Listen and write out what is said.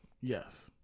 Yes